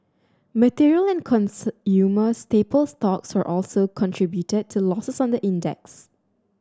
material and staple stocks also contributed to losses on the index